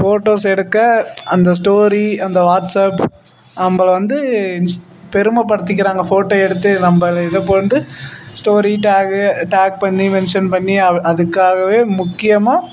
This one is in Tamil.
ஃபோட்டோஸ் எடுக்க அந்த ஸ்டோரி அந்த வாட்ஸப் நம்மள வந்து இன்ஸ் பெருமைப்படுத்திக்கிறாங்க ஃபோட்டோ எடுத்து நம்மள இதை இப்போ வந்து ஸ்டோரி டேகு டேக் பண்ணி மென்ஷன் பண்ணி அ அதுக்காகவே முக்கியமாக